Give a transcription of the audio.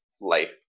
life